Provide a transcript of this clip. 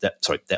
sorry